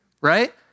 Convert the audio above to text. right